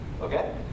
Okay